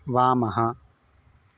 वामः